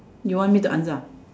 you want me to answer ah